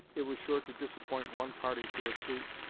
it was sure to disappoint one party to a suit.